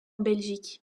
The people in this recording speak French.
belgique